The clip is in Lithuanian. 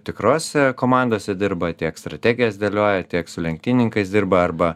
tikrose komandose dirba tiek strategijas dėlioja tiek su lenktynininkais dirba arba